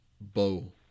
bow